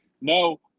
No